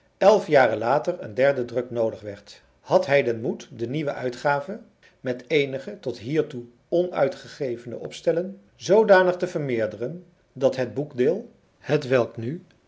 elf jaren later een derde druk noodig werd had hij den moed de nieuwe uitgave met eenige tot hiertoe onuitgegevene opstellen zoodanig te vermeerderen dat het boekdeel hetwelk nu